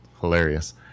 Hilarious